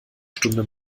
stunde